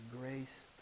grace